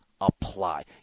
apply